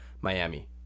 Miami